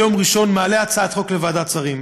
ביום ראשון אני מעלה הצעת חוק לוועדת שרים,